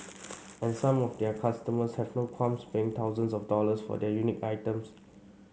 and some of their customers have no qualms paying thousands of dollars for the unique items